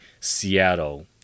Seattle